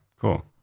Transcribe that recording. cool